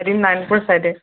এদিন নাৰায়ণপুৰ চাইডে